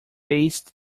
based